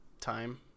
time